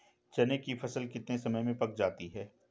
चने की फसल कितने समय में पक जाती है?